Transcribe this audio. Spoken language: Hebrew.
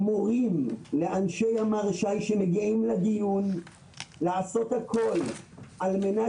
הם מורים לאנשי ימ"ר ש"י שמגיעים לדיון לעשות הכול על מנת